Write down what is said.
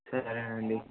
సరేనా అండి